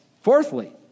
Fourthly